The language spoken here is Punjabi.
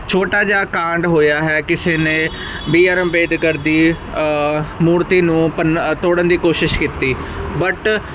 ਛੋਟਾ ਜਿਹਾ ਕਾਂਡ ਹੋਇਆ ਹੈ ਕਿਸੇ ਨੇ ਬੀ ਆਰ ਅੰਬੇਦਕਰ ਦੀ ਮੂਰਤੀ ਨੂੰ ਭੰ ਤੋੜਨ ਦੀ ਕੋਸ਼ਿਸ਼ ਕੀਤੀ ਬਟ